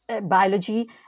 biology